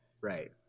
right